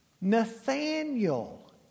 Nathaniel